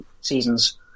seasons